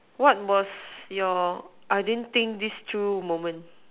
what was your I didn't think this through moment